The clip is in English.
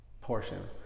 portion